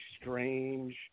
strange –